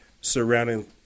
surrounding